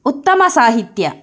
ಉತ್ತಮ ಸಾಹಿತ್ಯ